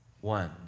One